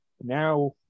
now